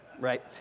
right